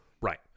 Right